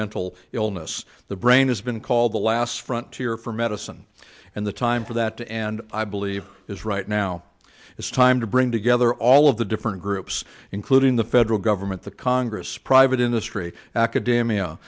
mental illness the brain has been called the last front here for medicine and the time for that and i believe is right now it's time to bring together all of the different groups including the federal government the congress private industry academia